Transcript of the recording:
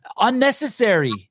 Unnecessary